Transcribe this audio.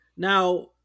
Now